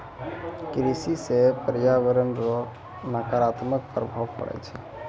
कृषि से प्रर्यावरण रो नकारात्मक प्रभाव पड़ै छै